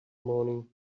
morning